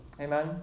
Amen